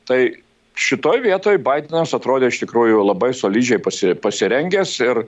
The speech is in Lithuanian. tai šitoj vietoj baidenas atrodė iš tikrųjų labai solidžiai pasi pasirengęs ir